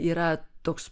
yra toks